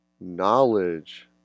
knowledge